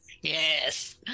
Yes